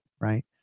right